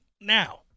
now